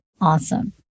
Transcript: Awesome